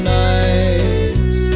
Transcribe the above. nights